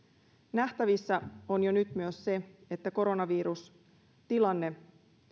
nähtävissä on jo nyt myös se että koronavirustilanne